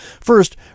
First